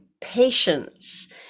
patience